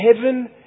heaven